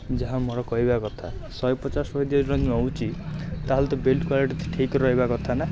ଯାହା ମୋର କହିବା କଥା ଶହେପଚାଶ ଅଧିକା ଯେଉଁ ନେଉଛି ତାହେଲେ ତ ବିଲ୍ଟ କ୍ୱାଲିଟି ଠିକ୍ ରହିବା କଥା ନା